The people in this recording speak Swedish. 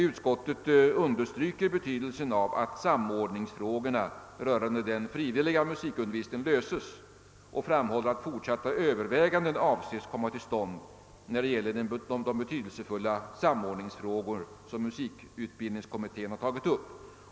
Utskottet understryker betydelsen av att samordningsfrågorna rörande den frivilliga musikundervisningen löses och framhåller att fortsatta överväganden avses komma till stånd angående de betydelsefulla samordningsfrågor som musikutbildningskommittén har tagit upp.